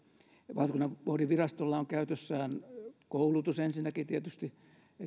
valtakunnanvoudinvirastolla on käytössään koulutus ensinnäkin tietysti